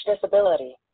disability